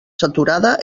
saturada